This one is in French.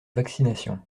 vaccination